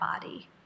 body